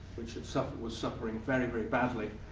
which itself was suffering very, very badly,